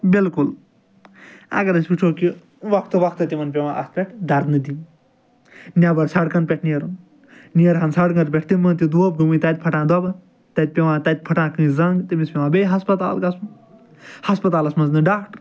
بلکل اَگر أسۍ وُچھُو کہِ وقتہٕ وقتہٕ تِمَن پیٚوان اَتھ پٮ۪ٹھ دھرنہٕ دِنۍ نیٚبَر سَڑکَن پٮ۪ٹھ نیرُن نیرٕہان سَڑکَن پٮ۪ٹھ تِمَن تہِ دۄب گٔمٕتۍ تَتہِ فٹان دۄبَن تَتہِ پیٚوان تَتہِ فٕٹان کانٛسہِ زَنگ تٔمِس پیٚوان بیٚیہِ ہسپتال گژھُن ہَسپَتالَس منٛز نہٕ ڈاکٹَر